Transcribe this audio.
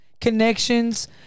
Connections